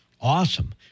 Awesome